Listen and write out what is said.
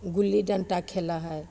गुल्ली डण्टा खेलऽ हइ